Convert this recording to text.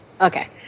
Okay